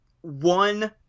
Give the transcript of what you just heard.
one